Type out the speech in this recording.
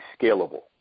scalable